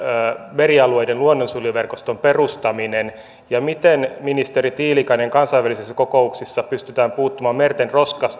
merialueiden luonnonsuojeluverkoston perustaminen ja miten ministeri tiilikainen kansainvälisissä kokouksissa pystytään puuttumaan merten